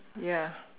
ya